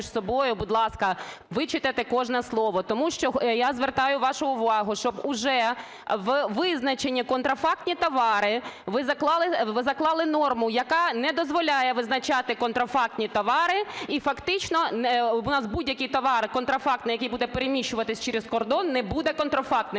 ви заклали норму, яка не дозволяє визначати контрафактні товари. І фактично у нас будь-який товар контрафактний, який буде переміщуватись через кордон, не буде контрафактним,